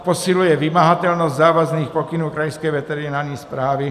Posiluje vymahatelnost závazných pokynů krajské veterinární správy.